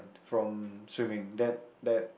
from swimming that that